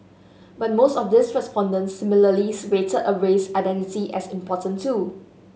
but most of these respondents similarly rated a race identity as important too